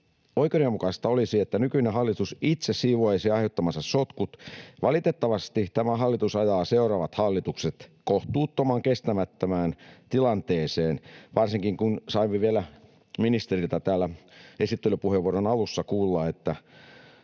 Oikeudenmukaista olisi, että nykyinen hallitus itse siivoaisi aiheuttamansa sotkut. Valitettavasti tämä hallitus ajaa seuraavat hallitukset kohtuuttoman kestämättömään tilanteeseen, varsinkin kun saimme vielä ministeriltä täällä esittelypuheenvuoron alussa kuulla, että